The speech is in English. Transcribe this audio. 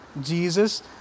Jesus